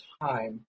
time